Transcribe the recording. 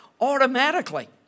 automatically